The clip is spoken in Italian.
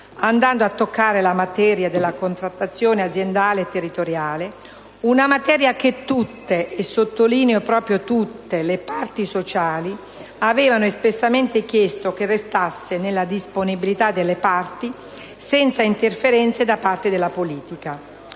andando a toccare la materia della contrattazione aziendale e territoriale: una materia che tutte, e sottolineo tutte, le parti sociali avevano espressamente chiesto che restasse nella disponibilità delle parti senza interferenze da parte della politica.